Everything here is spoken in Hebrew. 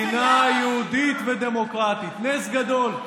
מדינה יהודית ודמוקרטית, נס גדול,